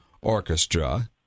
orchestra